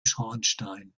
schornstein